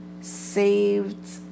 Saved